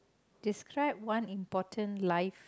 describe one important life